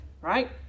right